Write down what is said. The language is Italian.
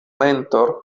mentor